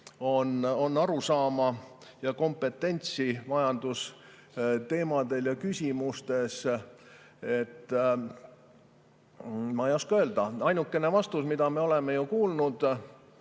on arusaama ja kompetentsi majandusteemadel ja -küsimustes. Ma ei oska öelda. Ainukene vastus, mida me oleme kuulnud